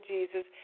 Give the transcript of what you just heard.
Jesus